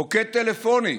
מוקד טלפוני,